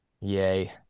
Yay